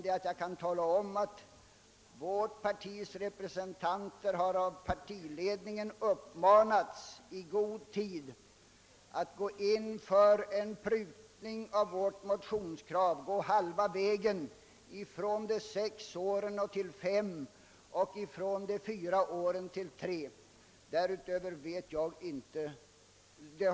Däremot kan jag tala om att vårt partis representanter i utskottet av partiledningen i god tid uppmanats att gå in för en prutning av vårt motionskrav, d. v. s. att i fråga om övergångstiden gå med på en sänkning av de ursprungligen föreslagna sex åren till fem år och från de fyra åren till tre år.